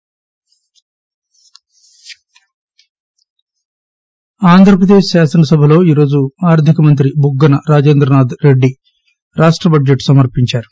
AP budget Andhra Pradesh శాసనసభలో ఈరోజు ఆర్థికమంత్రి బుగ్గన రాజేంద్రనాథ్ రెడ్డి రాష్ట బడ్జెట్ సమర్పించారు